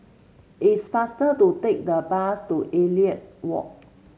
it's faster to take the bus to Elliot Walk